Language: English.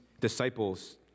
disciples